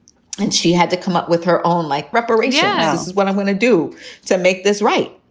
and she had to come up with her own, like, reparations. yeah what i'm going to do to make this right.